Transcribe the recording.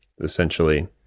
essentially